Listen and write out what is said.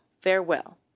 farewell